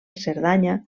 cerdanya